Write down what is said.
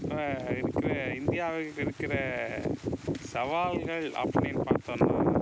இருக்கிற இந்தியாவில் இருக்கிற சவால்கள் அப்படினு பார்த்தோம்னா